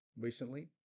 recently